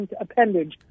appendage